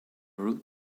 route